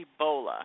Ebola